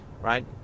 right